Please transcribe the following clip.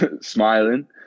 smiling